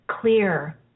clear